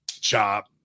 chop